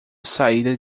saída